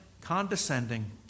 condescending